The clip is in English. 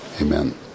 Amen